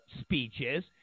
speeches